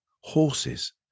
horses